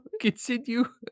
continue